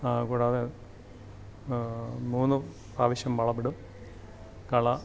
കൂടാതെ മൂന്ന് പ്രാവശ്യം വളമിടും കള